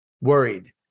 worried